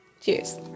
Cheers